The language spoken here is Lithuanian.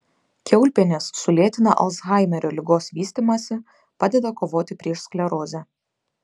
kiaulpienės sulėtina alzhaimerio ligos vystymąsi padeda kovoti prieš sklerozę